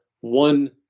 one